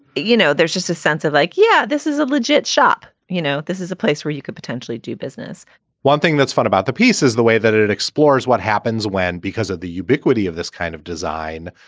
you know, there's just a sense of like, yeah, this is a legit shop. you know, this is a place where you could potentially do business one thing that's fun about the piece is the way that it it explores what happens when. because of the ubiquity of this kind of design,